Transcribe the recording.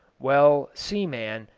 well, seaman,